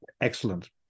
Excellent